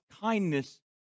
kindness